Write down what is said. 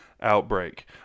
outbreak